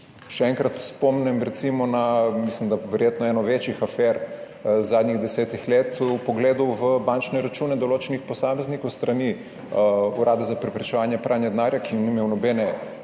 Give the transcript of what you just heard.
Še enkrat spomnim recimo na, mislim da verjetno eno večjih afer zadnjih desetih let, vpogledov v bančne račune določenih posameznikov s strani Urada za preprečevanje pranja denarja, ki ni imel nobene